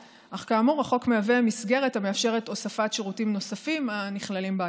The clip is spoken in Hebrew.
אך כאמור החוק מהווה מסגרת המאפשרת הוספת שירותים הנכללים בהגדרה.